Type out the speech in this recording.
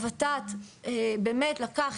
הות"ת באמת לקח,